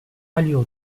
allure